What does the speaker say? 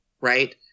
Right